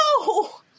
no